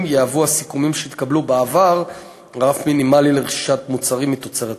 יהוו הסיכומים שהתקבלו בעבר רף מינימלי לרכישת מוצרים מתוצרת הארץ.